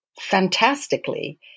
fantastically